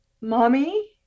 Mommy